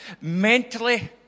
mentally